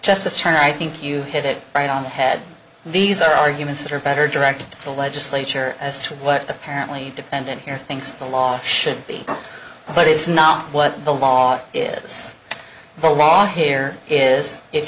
china i think you hit it right on the head these are arguments that are better direct the legislature as to what apparently defendant here thinks the law should be but is not what the law is the law here is if